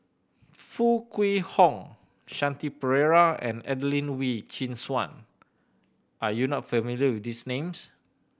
Foo Kwee Horng Shanti Pereira and Adelene Wee Chin Suan are you not familiar with these names